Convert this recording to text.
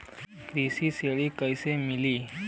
कृषि ऋण कैसे मिली?